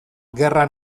gerra